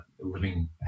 living